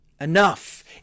enough